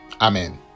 Amen